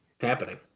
happening